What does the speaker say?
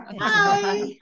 Hi